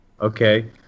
Okay